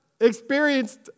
experienced